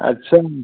अच्छा